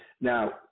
Now